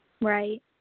Right